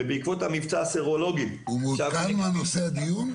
בעקבות המבצע הסרולוגי --- הוא מעודכן מה נושא הדיון?